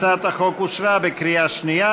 הצעת החוק אושרה בקריאה שנייה.